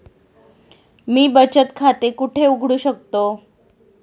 मी बचत खाते कुठे उघडू शकतो?